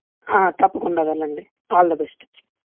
తప్పకుండా వెళ్ళండి all the best